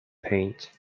paint